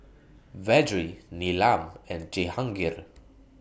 Vedre Neelam and Jehangirr